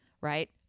right